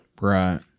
Right